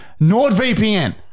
nordvpn